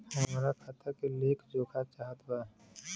हमरा खाता के लेख जोखा चाहत बा?